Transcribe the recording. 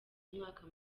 umwaka